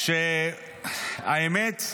למען האמת,